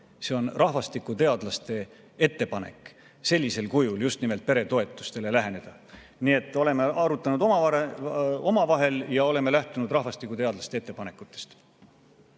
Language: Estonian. nimelt rahvastikuteadlaste ettepanek sellisel kujul peretoetustele läheneda. Nii et oleme arutanud omavahel ja oleme lähtunud rahvastikuteadlaste ettepanekutest.